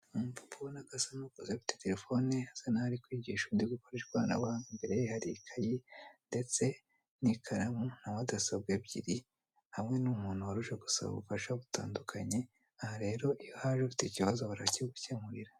Umupapa ubona ko asa n'ukuze ufite terefone asa naho ari kwigisha undi gukoresha ikoranabuhanga, imbere ye hari ikayi ndetse n'ikaramu na mudasobwa ebyiri, hamwe n'umuntu wari uje gusaba ubufasha butandukanye. Aha rero iyo uhaje ufite ikibazo barakigukemurira.